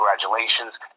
congratulations